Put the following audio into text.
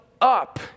up